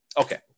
Okay